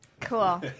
Cool